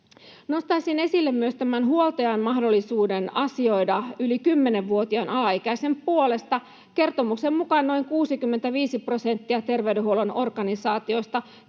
Nostaisin esille myös huoltajan mahdollisuuden asioida yli 10-vuotiaan alaikäisen puolesta. Kertomuksen mukaan noin 65 prosenttia terveydenhuollon organisaatioista